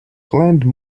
planned